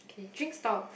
okay drinks stall